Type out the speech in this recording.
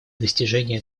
достижения